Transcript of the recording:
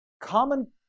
common